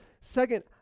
Second